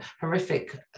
horrific